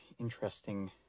interesting